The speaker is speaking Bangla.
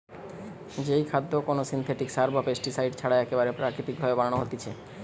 যেই খাদ্য কোনো সিনথেটিক সার বা পেস্টিসাইড ছাড়া একেবারে প্রাকৃতিক ভাবে বানানো হতিছে